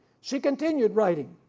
she continued writing,